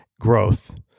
growth